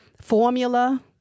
formula